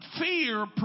Fear